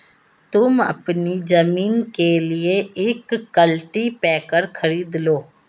तुम अपनी जमीन के लिए एक कल्टीपैकर खरीद लो